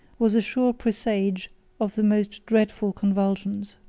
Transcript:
was a sure presage of the most dreadful convulsions.